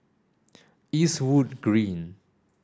Eastwood Green